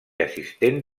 assistent